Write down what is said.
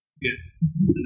Yes